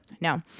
No